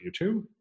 YouTube